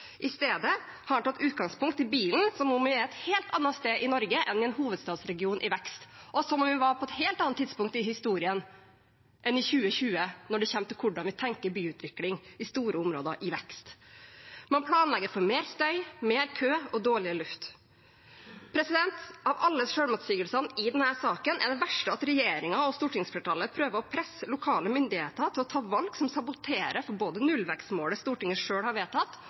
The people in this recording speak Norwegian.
I stedet har man tatt utgangspunkt i bilen, som om vi var et helt annet sted i Norge enn i en hovedstadsregion i vekst, og som om vi var på et helt annet tidspunkt i historien enn i 2020 når det kommer til hvordan vi tenker byutvikling i store områder i vekst. Man planlegger for mer støy, mer kø og dårligere luft. Av alle selvmotsigelsene i denne saken er den verste at regjeringen og stortingsflertallet prøver å presse lokale myndigheter til å ta valg som saboterer både nullvekstmålet som Stortinget selv har vedtatt,